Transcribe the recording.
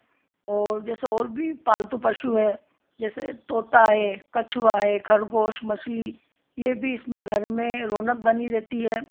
और जैसे और भी पालतू पशु है जैसे तोता है कछुआ है खरगोश मछली यह भी इसमें घर में रौनक बनी रहती है